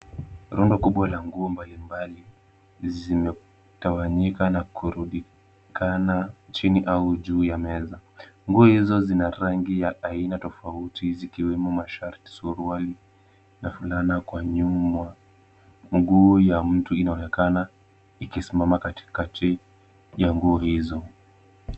Rundo kubwa la nguo mbalimbali, zimetawanyika na kurundikana chini au juu ya meza. Nguo hizo zina rangi ya aina tofauti, zikiwemo mashati, suruali na fulana kwa nyuma. Mguu ya mtu inaonekana ikisimama katikati ya nguo hizo.